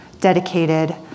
dedicated